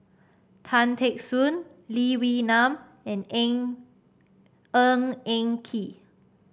Tan Teck Soon Lee Wee Nam and Eng Ng Eng Kee